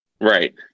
Right